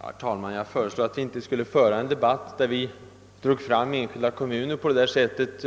Herr talman! Jag föreslog att vi inte skulle föra en debatt där vi drog fram enskilda kommuner på detta sätt,